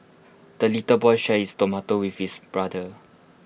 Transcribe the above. the little boy shared his tomato with his brother